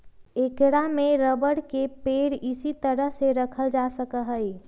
ऐकरा में रबर के पेड़ इसी तरह के रखल जा सका हई